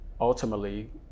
ultimately